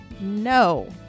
No